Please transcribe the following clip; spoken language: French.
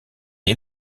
est